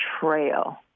trail